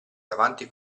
davanti